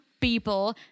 people